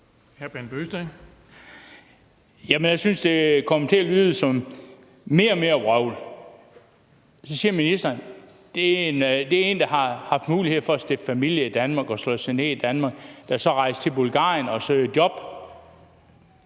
Jeg synes, det kommer til at lyde som mere og mere vrøvl. Så siger ministeren, at det er en, der har haft mulighed for at stifte familie i Danmark og slå sig ned i Danmark, der så rejser til Bulgarien og søger job.